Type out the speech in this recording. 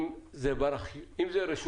אם זה רשות